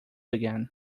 again